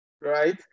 right